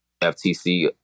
FTC